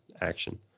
action